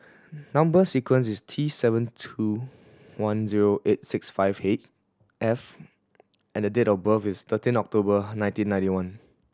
number sequence is T seven two one zero eight six five eight F and the date of birth is thirteen of October nineteen ninety one